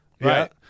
Right